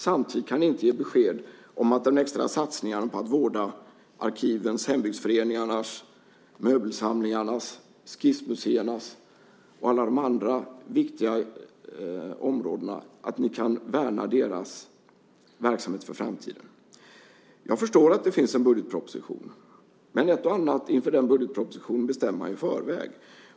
Samtidigt kan ni inte ge besked om extra satsningar på att vårda och värna arkivens, hembygdsföreningarnas, möbelsamlingarnas, skissmuseernas och alla de andra viktiga områdenas verksamheter för framtiden. Jag förstår att det finns en budgetproposition. Men ett och annat inför den budgetpropositionen bestämmer man i förväg.